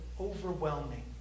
overwhelming